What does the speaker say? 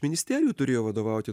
ministerijų turėjo vadovauti